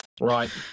Right